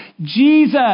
Jesus